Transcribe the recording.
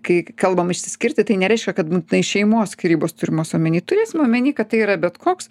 kai kalbam išsiskirti tai nereiškia kad būtinai šeimos skyrybos turimos omeny turėsim omeny kad tai yra bet koks